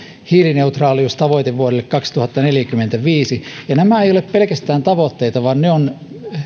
hiilineutraaliustavoite vuodelle kaksituhattaneljäkymmentäviisi ja nämä eivät ole pelkästään tavoitteita vaan ne ovat